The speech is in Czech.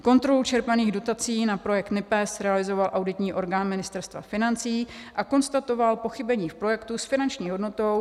Kontrolu čerpaných dotací na projekt NIPEZ realizoval auditní orgán Ministerstva financí a konstatoval pochybení v projektu s finanční hodnotou.